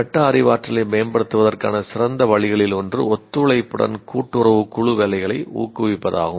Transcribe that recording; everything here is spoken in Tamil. மெட்டா அறிவாற்றலை மேம்படுத்துவதற்கான சிறந்த வழிகளில் ஒன்று ஒத்துழைப்புடன் கூட்டுறவு குழு வேலைகளை ஊக்குவிப்பதாகும்